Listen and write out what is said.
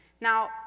Now